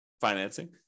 financing